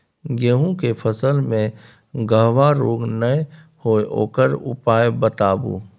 गेहूँ के फसल मे गबहा रोग नय होय ओकर उपाय बताबू?